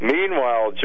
Meanwhile